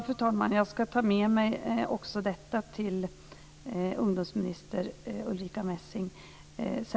Fru talman! Ja, jag ska ta med mig också detta till ungdomsminister Ulrica Messing.